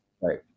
right